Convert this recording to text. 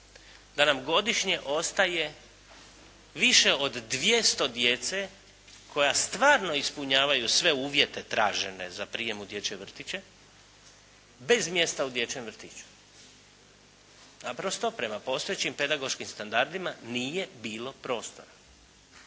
da nam godišnje ostaje više od 200 djece koja stvarno ispunjavaju sve uvjete tražene za prijem u dječje vrtiće bez mjesta u dječjem vrtiću. Naprosto prema postojećim pedagoškim standardima nije bilo prostora.